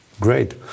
Great